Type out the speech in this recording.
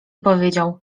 powiedział